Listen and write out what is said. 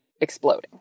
exploding